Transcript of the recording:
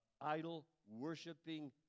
idol-worshiping